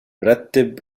رتب